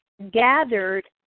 gathered